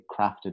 crafted